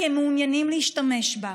כי הם מעוניינים להשתמש בה.